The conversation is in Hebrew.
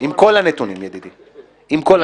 עם כל הנתונים, ידידי, עם כל הנתונים.